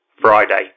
Friday